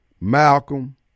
Malcolm